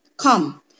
Come